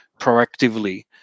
proactively